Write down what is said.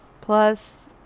plus